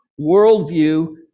worldview